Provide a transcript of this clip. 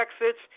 exits